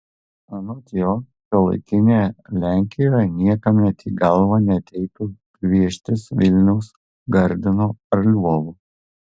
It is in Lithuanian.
anot jo šiuolaikinėje lenkijoje niekam net į galvą neateitų gvieštis vilniaus gardino ar lvovo